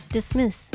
Dismiss